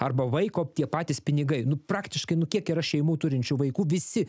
arba vaiko tie patys pinigai nu praktiškai nu kiek yra šeimų turinčių vaikų visi